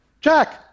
Jack